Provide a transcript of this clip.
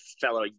fellow